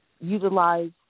utilize